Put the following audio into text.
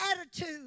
attitude